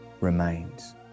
remains